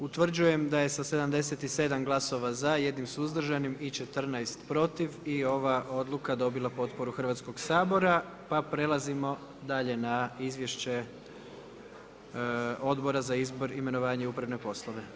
Utvrđujem da je sa 77 glasova za, 1 suzdržanim i 14 protiv i ova odluka dobila potporu Hrvatskog sabora pa prelazimo dalje na izvješće Odbora za izbor, imenovanje i upravne poslove.